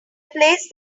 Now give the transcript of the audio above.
placed